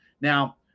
Now